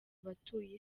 abatuye